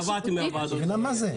אתה מבינה מה זה?